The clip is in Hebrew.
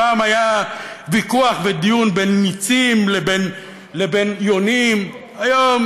פעם היה ויכוח ודיון בין ניצים לבין יונים, היום